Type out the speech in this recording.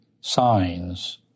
signs